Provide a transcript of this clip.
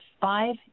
five